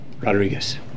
Rodriguez